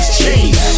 cheese